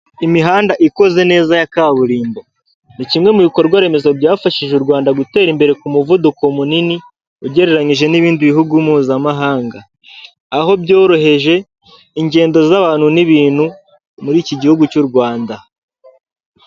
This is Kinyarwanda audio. Imihanda ikoze neza ya kaburimbo, ni kimwe mu bikorwa remezo byafashije u Rwanda gutera imbere ku muvuduko munini ugereranije n'ibindi bihugu mpuzamahanga aho byoroheje ingendo z'abantu n'ibintu muri iki gihugu cy'u Rwanda.